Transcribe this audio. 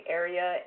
area